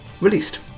released